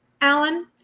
Alan